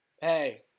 Hey